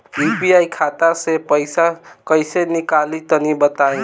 UPI खाता से पइसा कइसे निकली तनि बताई?